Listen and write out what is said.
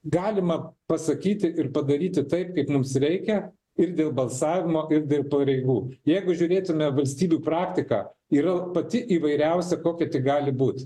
galima pasakyti ir padaryti taip kaip mums reikia ir dėl balsavimo ir dėl pareigų jeigu žiūrėtume valstybių praktika yra pati įvairiausia kokia tik gali būt